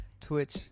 Twitch